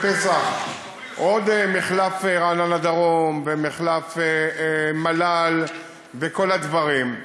בפסח עוד מחלף רעננה-דרום ומחלף מל"ל וכל הדברים.